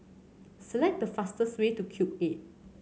select the fastest way to Cube Eight